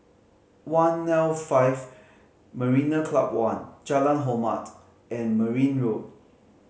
one'l five Marina Club One Jalan Hormat and Merryn Road